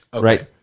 Right